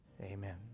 Amen